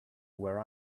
where